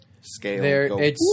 scale